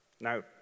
Now